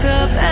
up